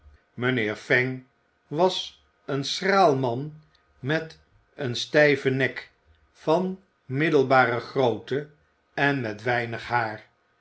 mijnheer fang was een schraal man met een stijven nek van middelbare grootte en met weinig haar